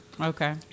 Okay